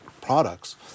products